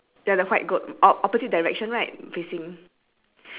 ya what else then at the bottom